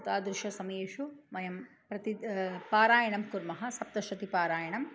तादृश समयेषु वयं प्रतिद् पारायणं कुर्मः सप्तशतिपारायणम्